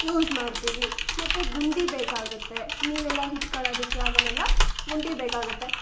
use ಮಾಡ್ತೀವಿ ಮತ್ತು ಗುಂಡಿ ಬೇಕಾಗುತ್ತೆ ನೀರೆಲ್ಲ ಇಟ್ಕಳದಿಕ್ಕೆ ಅದನ್ನೆಲ್ಲ ಗುಂಡಿ ಬೇಕಾಗುತ್ತೆ